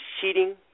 cheating